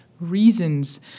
reasons